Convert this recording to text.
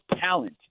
talent